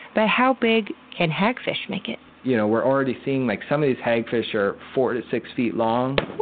but how big can hagfish make it? you know, we're already seeing, like some of these hagfish are four to six feet long,